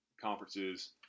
conferences